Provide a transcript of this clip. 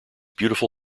beautiful